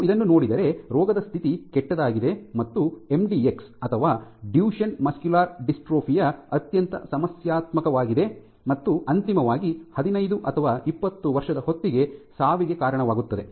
ನೀವು ಇದನ್ನು ನೋಡಿದರೆ ರೋಗದ ಸ್ಥಿತಿ ಕೆಟ್ಟದಾಗಿದೆ ಮತ್ತು ಎಂಡಿಎಕ್ಸ್ ಅಥವಾ ಡುಚೆನ್ ಮಸ್ಕ್ಯುಲರ್ ಡಿಸ್ಟ್ರೋಫಿ ಅತ್ಯಂತ ಸಮಸ್ಯಾತ್ಮಕವಾಗಿದೆ ಮತ್ತು ಅಂತಿಮವಾಗಿ ಹದಿನೈದು ಅಥವಾ ಇಪ್ಪತ್ತು ವರ್ಷದ ಹೊತ್ತಿಗೆ ಸಾವಿಗೆ ಕಾರಣವಾಗುತ್ತದೆ